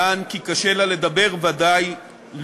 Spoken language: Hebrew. יען כי קשה לה לדבר, ודאי לנאום.